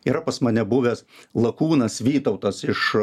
yra pas mane buvęs lakūnas vytautas iš